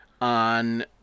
on